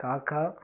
காக்கா